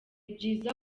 byiza